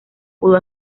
pudo